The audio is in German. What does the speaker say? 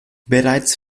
bereits